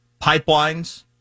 pipelines